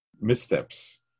missteps